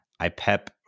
Ipep